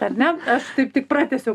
ar ne aš taip tik pratęsiau